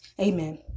amen